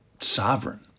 sovereign